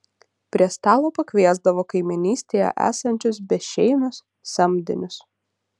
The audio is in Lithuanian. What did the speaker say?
prie stalo pakviesdavo kaimynystėje esančius bešeimius samdinius